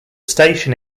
station